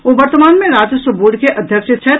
ओ वर्तमान मे राजस्व बोर्ड के अध्यक्ष छथि